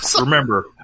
Remember